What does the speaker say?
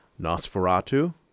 Nosferatu